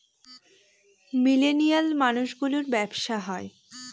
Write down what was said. millennial মানুষ গুলোর ব্যাবসা হয়